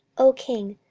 o king,